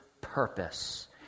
purpose